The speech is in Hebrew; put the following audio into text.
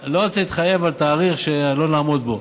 אני לא רוצה להתחייב על תאריך שלא נעמוד בו,